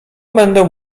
będę